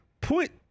put